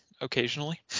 occasionally